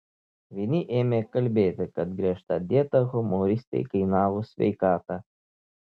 vieni ėmė kalbėti kad griežta dieta humoristei kainavo sveikatą